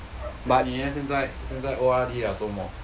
你哦现在现在 O_R_D 了做么